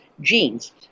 genes